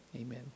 amen